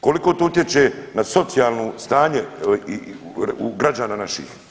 Koliko to utječe na socijalno stanja građana naših?